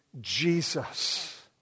Jesus